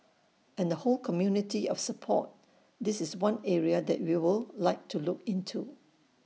and the whole community of support this is one area that we'll like to look into